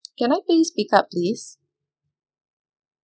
can I please pick up please